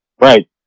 Right